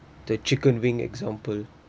the chicken wing example